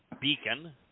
beacon